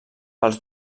pels